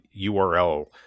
url